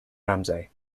ramsay